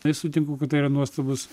tai sutinku kad tai yra nuostabus